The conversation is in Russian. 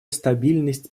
стабильность